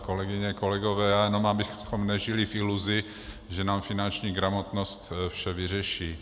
Kolegyně, kolegové, já jenom abychom nežili v iluzi, že nám finanční gramotnost vše vyřeší.